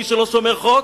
מי שלא שומר חוק,